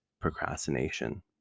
procrastination